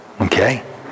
Okay